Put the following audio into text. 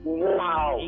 wow